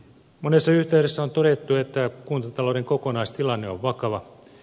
monessa yhteydessä on todettu että kuntatalouden kokonaistilanne on vakava